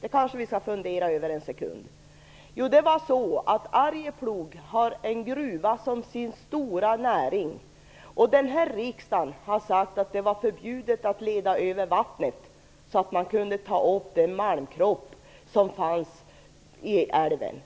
Det kanske vi skall fundera över en sekund. Jo, det berodde på att Arjeplog hade en gruva som sin stora näring. Denna riksdag sade att det var förbjudet att leda över vattnet så att man skulle kunna ta upp den malmkropp som fanns i älven.